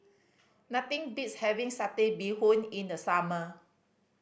nothing beats having Satay Bee Hoon in the summer